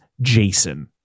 jason